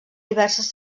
diverses